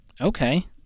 Okay